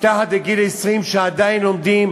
מתחת לגיל 20, שעדיין לומדים,